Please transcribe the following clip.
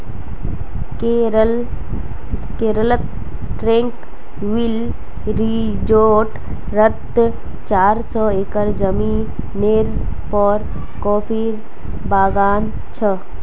केरलत ट्रैंक्विल रिज़ॉर्टत चार सौ एकड़ ज़मीनेर पर कॉफीर बागान छ